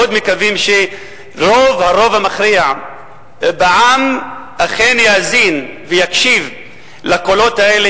מאוד מקווים שרוב הרוב המכריע בעם אכן יאזין ויקשיב לקולות האלה